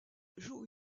joue